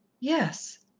yes.